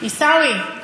עיסאווי,